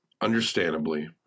understandably